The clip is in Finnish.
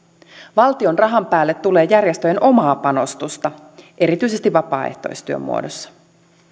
valtion rahan päälle tulee järjestöjen omaa panostusta erityisesti vapaaehtoistyön muodossa